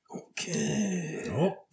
Okay